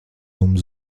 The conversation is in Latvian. mums